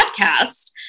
podcast